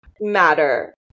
matter